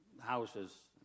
houses